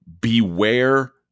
beware